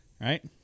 Right